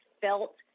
felt